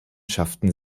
schafften